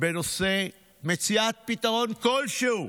בנושא מציאת פתרון כלשהו